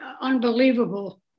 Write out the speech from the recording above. unbelievable